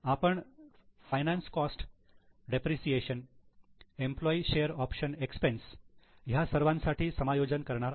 आपण finance cost depreciation employee share option expense ह्या सर्वांसाठी समायोजन करणार आहोत